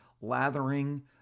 lathering